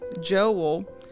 joel